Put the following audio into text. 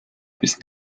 bis